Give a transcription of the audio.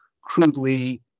crudely